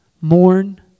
mourn